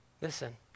listen